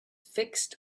fixed